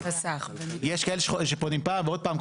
יש כאלה שפונים פעם ועוד פעם,